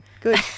Good